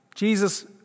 Jesus